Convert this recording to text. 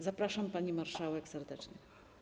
Zapraszam, pani marszałek, serdecznie.